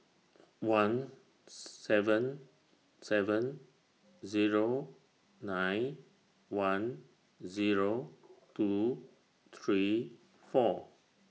one seven seven Zero nine one Zero two three four